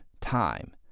time